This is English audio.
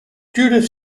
judith